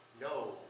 no